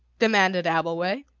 demanded abbleway.